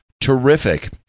Terrific